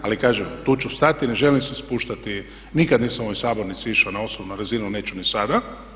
Ali kažem, tu ću stati, ne želim se spuštati, nikad nisam u ovoj sabornici išao na osobnu razinu, neću ni sada.